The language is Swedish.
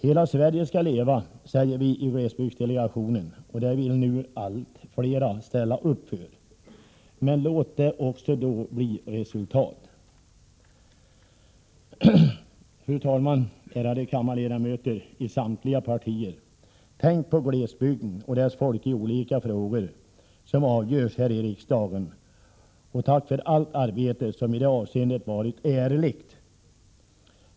Hela Sverige skall leva, säger vi i glesbygdsdelegationen, och det vill nu allt fler ställa upp för. Låt det då också bli resultat! Fru talman, ärade kammarledamöter i samtliga partier! Tänk på glesbygden och dess folk i olika frågor som avgörs här i riksdagen! Och tack för allt arbete i det avseendet som varit ärligt!